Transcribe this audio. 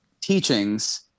teachings